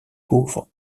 pauvres